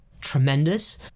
tremendous